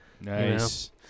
Nice